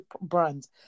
brands